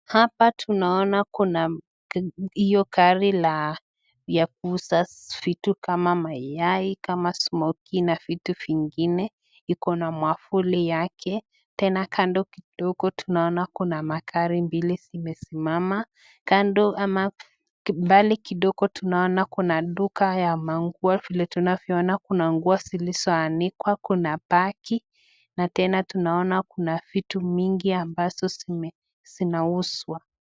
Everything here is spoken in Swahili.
Hapa tunaona kuna hio gari ya kuuza vitu kama mayai, kama smokie na vitu vingine. Ikona mwavuli yake tena kando kidogo tunaona kuna magari mbili zimesimama. Kando ama mbali kidogo tunaona kuna duka ya manguo. Alafu vile tunavyoona kuna nguo zilizoanikwa, kuna bagi na tena tunaona kuna vitu mingi ambazo zinauzwa.